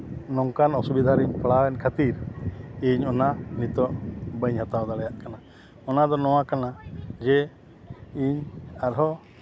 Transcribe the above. ᱱᱚᱝᱠᱟᱱ ᱚᱥᱩᱵᱤᱫᱷᱟ ᱨᱤᱧ ᱯᱟᱲᱟᱣ ᱮᱱ ᱠᱷᱟᱹᱛᱤᱨ ᱤᱧ ᱚᱱᱟ ᱱᱤᱛᱚᱜ ᱵᱟᱹᱧ ᱦᱟᱛᱟᱣ ᱫᱟᱲᱮᱭᱟᱜ ᱠᱟᱱᱟ ᱠᱟᱱᱟ ᱚᱱᱟᱫᱚ ᱱᱚᱣᱟ ᱠᱟᱱᱟ ᱡᱮ ᱤᱧ ᱟᱨᱦᱚᱸ